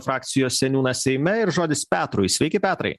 frakcijos seniūnas seime ir žodis petrui sveiki petrai